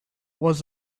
was